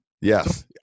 yes